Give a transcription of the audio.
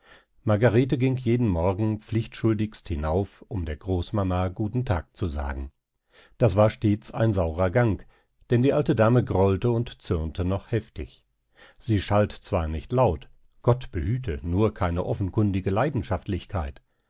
margarete ging jeden morgen pflichtschuldigst hinauf um der großmama guten tag zu sagen das war stets ein saurer gang denn die alte dame grollte und zürnte noch heftig sie schalt zwar nicht laut gott behüte nur keine offenkundige leidenschaftlichkeit